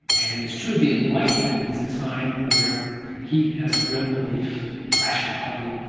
and it's true, the enlightenment is a time where he had a real belief in rationality,